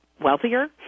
wealthier